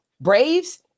Braves